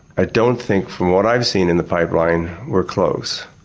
i don't think from what i've seen in the pipeline we're close.